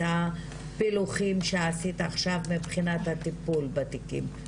הפילוחים שעשית עכשיו מבחינת הטיפול התיקים,